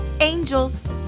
Angels